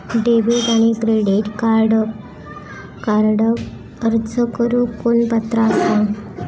Debit आणि credit कार्डक अर्ज करुक कोण पात्र आसा?